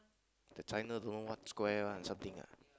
the China don't know what square one something ah